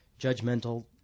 judgmental